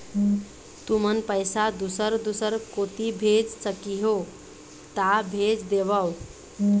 तुमन पैसा दूसर दूसर कोती भेज सखीहो ता भेज देवव?